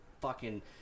fucking-